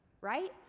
right